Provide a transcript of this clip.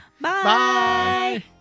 Bye